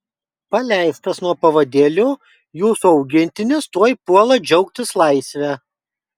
paleistas nuo pavadėlio jūsų augintinis tuoj puola džiaugtis laisve